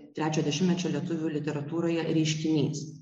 trečio dešimtmečio lietuvių literatūroje reiškinys